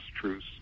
truce